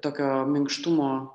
tokio minkštumo